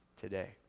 today